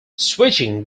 switching